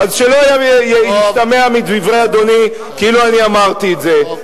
אז שלא ישתמע מדברי אדוני כאילו אני אמרתי את זה.